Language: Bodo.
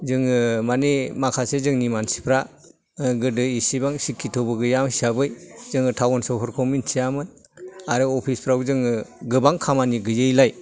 जोङो मानि माखासे जोंनि मानसिफ्रा ओह गोदो एसेबां सिकिट्टबो गैयाबोमोन हिसाबै जोङो थाउन सहरखौ मोनथियामोन आरो अफिसफ्राव जोङो गोबां खामानि गैयैलाय